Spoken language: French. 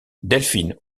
delphine